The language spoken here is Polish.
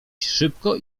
szybko